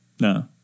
No